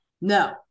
No